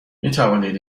میتوانید